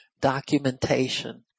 documentation